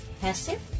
Passive